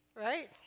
Right